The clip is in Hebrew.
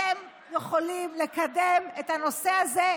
אתם יכולים לקדם את הנושא הזה,